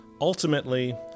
Ultimately